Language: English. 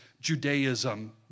Judaism